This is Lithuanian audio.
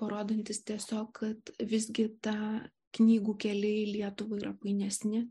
parodantis tiesiog kad visgi tą knygų keliai į lietuvą yra painesni